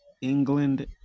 England